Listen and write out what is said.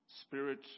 spirit